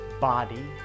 body